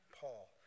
Paul